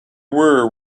were